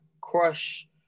crush